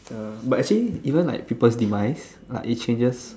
uh but actually even like people's demise like it changes